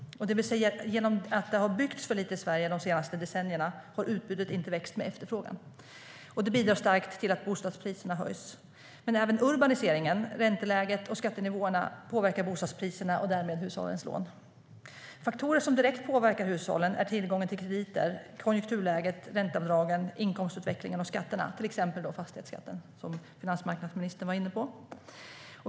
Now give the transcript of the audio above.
Eftersom det har byggts för lite i Sverige de senaste decennierna har utbudet inte växt med efterfrågan. Det bidrar starkt till att bostadspriserna höjs. Men även urbaniseringen, ränteläget och skattenivåerna påverkar bostadspriserna och därmed hushållens lån. Faktorer som direkt påverkar hushållen är tillgången till krediter, konjunkturläget, ränteavdragen, inkomstutvecklingen och skatterna, till exempel fastighetsskatten, som finansmarknadsministern var inne på.